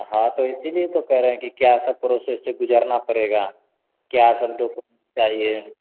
हा तो इसी लिए तो कह रहें कि क्या सब प्रोसेस से गुज़रना पड़ेगा क्या सब डाॅकोमेंट चाहिए